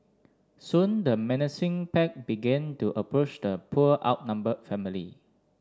soon the menacing pack began to approached the poor outnumbered family